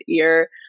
ear